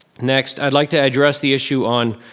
next, i'd like to address the issue on